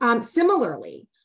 Similarly